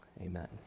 Amen